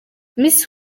miss